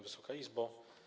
Wysoka Izbo!